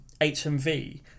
HMV